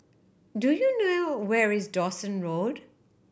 do you know where is Dawson Road